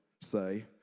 say